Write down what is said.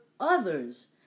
others